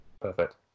perfect